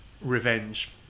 revenge